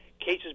cases